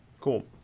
Cool